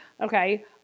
okay